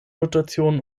notation